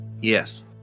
Yes